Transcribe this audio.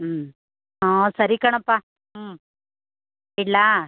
ಹ್ಞೂ ಹ್ಞೂ ಸರಿ ಕಣಪ್ಪ ಹ್ಞೂ ಇಡಲಾ